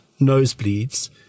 nosebleeds